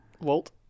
Walt